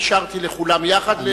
אישרתי לכולם יחד.